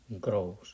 grows